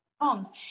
homes